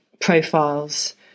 profiles